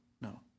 no